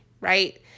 right